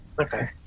Okay